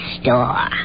Store